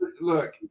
look